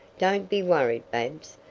don't be worried, babs.